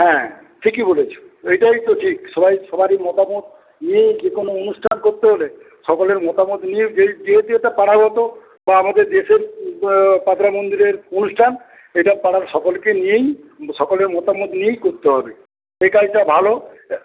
হ্যাঁ ঠিকই বলেছ এইটাই তো ঠিক সবাই সবারি মতামত নিয়ে যেকোনো অনুষ্ঠান করতে হলে সকলের মতামত নিয়ে যে যে যেটা পাড়াগত বা আমাদের দেশের মন্দিরের অনুষ্ঠান এটা পাড়ার সকলকে নিয়েই সকলের মতামত নিয়েই করতে হবে এই কাজটা ভালো